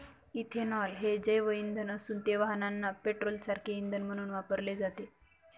ethanol हे जैवइंधन असून ते वाहनांना पेट्रोलसारखे इंधन म्हणून वापरले जाते